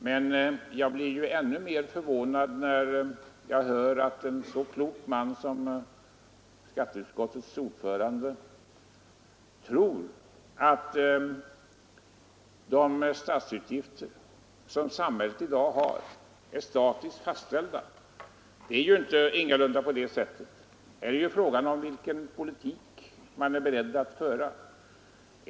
Men jag blir ännu mer förvånad när jag hör att en så klok man som skatteutskottets ordförande tror att de statsutgifter som samhället i dag har är statiskt fastställda. Så är det ingalunda. Här är ju fråga om vilken politik man är beredd att föra.